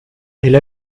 elle